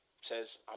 says